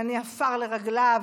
שאני עפר לרגליו,